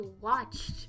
watched